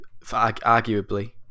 Arguably